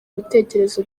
ibitekerezo